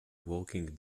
working